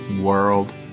World